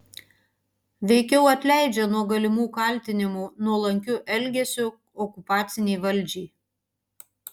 veikiau atleidžia nuo galimų kaltinimų nuolankiu elgesiu okupacinei valdžiai